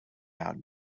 out